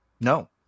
No